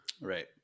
Right